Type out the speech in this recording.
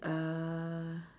uh